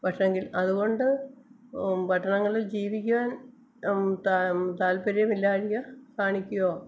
പക്ഷേങ്കിൽ അതുകൊണ്ട് പട്ടണങ്ങളിൽ ജീവിക്കുവാൻ ത താല്പര്യമില്ലാഴിക കാണിക്കോ